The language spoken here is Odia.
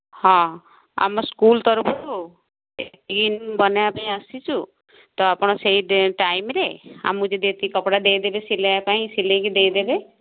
ହଁ ଆମର ସ୍କୁଲ୍ ତରଫରୁ ଆଉ ଇନ୍ ବନେଇବା ପାଇଁ ଆସିଛୁ ତ ଆପଣ ସେଇ ଟାଇମ୍ରେ ଆମକୁ ଯଦି ଏତିକି କପଡ଼ା ଦେଇଦେବେ ସିଲେଇବା ପାଇଁ ସିଲେଇକି ଦେଇଦେବେ